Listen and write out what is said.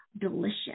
delicious